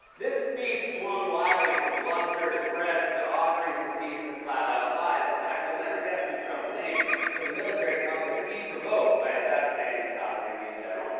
this speech swung wildly from bluster to threats to offerings of peace, to flat-out lies. in fact, you'll never guess who trump blamed for the military conflict he provoked by assassinating a top iranian general.